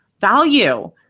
value